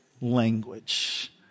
language